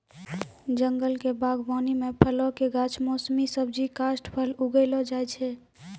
जंगल क बागबानी म फलो कॅ गाछ, मौसमी सब्जी, काष्ठफल उगैलो जाय छै